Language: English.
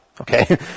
Okay